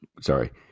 sorry